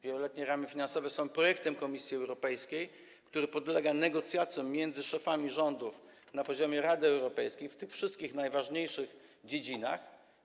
Wieloletnie ramy finansowe są projektem Komisji Europejskiej, który podlega negocjacjom między szefami rządów na poziomie Rady Europejskiej w tych wszystkich najważniejszych dziedzinach.